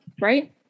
right